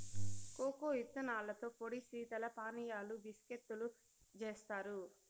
cocoa ఇత్తనాలతో పొడి శీతల పానీయాలు, బిస్కేత్తులు జేత్తారు